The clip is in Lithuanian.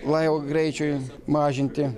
laivo greičiui mažinti